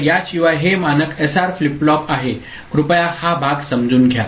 तर याशिवाय हे मानक एसआर फ्लिप फ्लॉप आहे कृपया हा भाग समजून घ्या